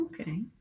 Okay